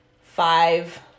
five